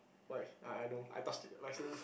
why I I know I touch it license